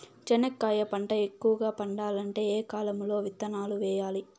చెనక్కాయ పంట ఎక్కువగా పండాలంటే ఏ కాలము లో విత్తనాలు వేయాలి?